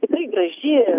tikrai graži